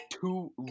two